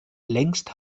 längst